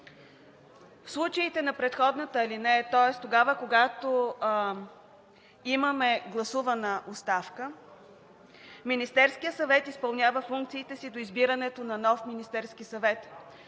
„В случаите на предходната алинея, тоест тогава, когато имаме гласувана оставка, Министерският съвет изпълнява функциите си до избирането на нов Министерски съвет.“